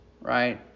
right